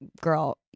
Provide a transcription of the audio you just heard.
girl